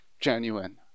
genuine